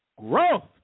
Growth